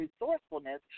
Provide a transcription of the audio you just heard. resourcefulness